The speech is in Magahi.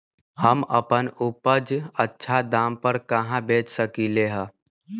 हम अपन उपज अच्छा दाम पर कहाँ बेच सकीले ह?